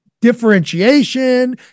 differentiation